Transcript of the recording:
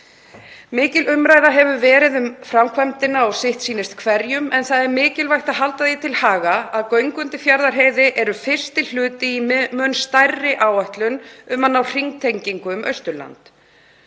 Mikil umræða hefur verið um framkvæmdina og sitt sýnist hverjum. En það er mikilvægt að halda því til haga að göng undir Fjarðarheiði eru fyrsti hluti í mun stærri áætlun um að ná hringtengingu um Austurland.